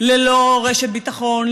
ללא רשת ביטחון,